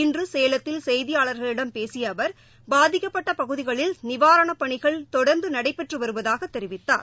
இன்றுசேலத்தில் செய்தியாளர்களிடம் பேசியஅவர் பாதிக்கப்பட்டபகுதிகளில் நிவாரணப்பணிகள் தொடர்ந்துநடைபெற்றுவருவதாகதெரிவித்தார்